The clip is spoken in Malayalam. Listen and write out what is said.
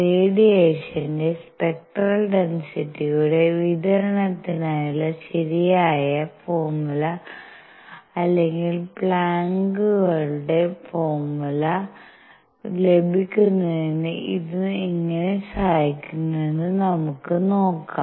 റേഡിയേഷന്റെ സ്പെക്ട്രൽ ഡെൻസിറ്റിയുടെ വിതരണത്തിനായുള്ള ശരിയായ ഫോർമുല അല്ലെങ്കിൽ പ്ലാങ്കുകളുടെ ഫോർമുലplancks formulaലഭിക്കുന്നതിന് ഇത് എങ്ങനെ സഹായിക്കുന്നുവെന്ന് നമുക്ക് നോക്കാം